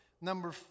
Number